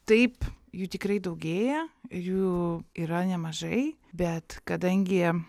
taip jų tikrai daugėja jų yra nemažai bet kadangi